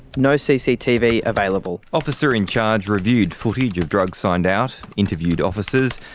no cctv available. officer in charge reviewed footage of drugs signed out. interviewed officers.